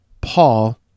Paul